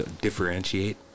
differentiate